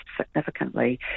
significantly